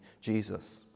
Jesus